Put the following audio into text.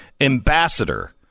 ambassador